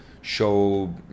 show